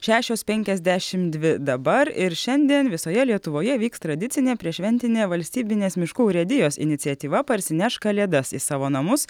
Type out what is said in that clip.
šešios penkiasdešim dvi dabar ir šiandien visoje lietuvoje vyks tradicinė prieššventinė valstybinės miškų urėdijos iniciatyva parsinešk kalėdas į savo namus